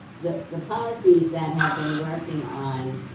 the the policies that have been working on